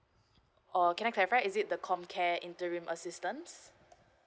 oh can I clarify is it the comcare interim assistance